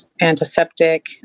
antiseptic